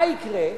מה יקרה?